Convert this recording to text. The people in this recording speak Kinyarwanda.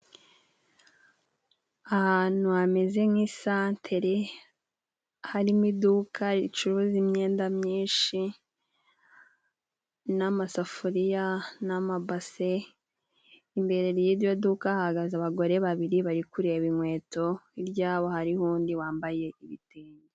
Ahantu hameze nk'isantere harimo iduka ricuruza imyenda myinshi n'amasafuriya n'amabase, imbere y'iryo duka ahagaze abagore babiri bari kureba inkweto, hirya yabo hariho undi wambaye ibitebo.